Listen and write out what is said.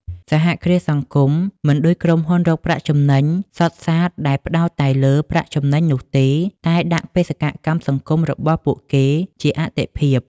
សហគ្រាសសង្គមមិនដូចក្រុមហ៊ុនរកប្រាក់ចំណេញសុទ្ធសាធដែលផ្តោតតែលើប្រាក់ចំណេញនោះទេ តែដាក់បេសកកម្មសង្គមរបស់ពួកគេជាអាទិភាព។